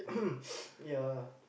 yeah